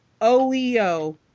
OEO